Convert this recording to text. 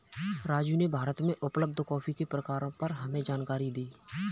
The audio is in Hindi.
राजू ने भारत में उपलब्ध कॉफी के प्रकारों पर हमें जानकारी दी